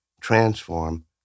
transform